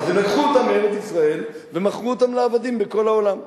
אז הם לקחו אותם מארץ-ישראל ומכרו אותם לעבדים בכל העולם,